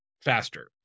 faster